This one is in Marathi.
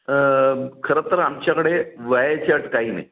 खरंतर आमच्याकडे वयाची अट काही नाही